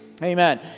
Amen